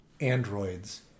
androids